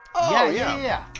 oh yeah yeah!